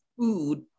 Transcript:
food